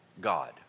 God